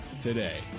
today